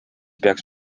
peaks